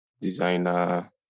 designer